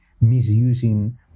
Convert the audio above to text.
misusing